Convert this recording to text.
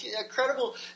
incredible